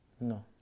No